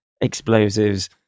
explosives